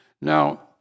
Now